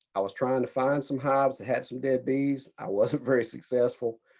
i was trying to find some hives that had some dead bees. i wasn't very successful.